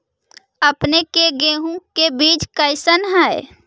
अपने के गेहूं के बीज कैसन है?